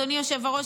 אדוני היושב-ראש,